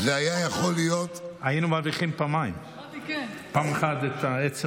היינו מרוויחים פעמיים: פעם את עצם